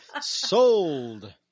Sold